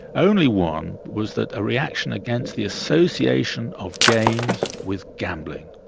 only one, was that reaction against the association of games with gambling.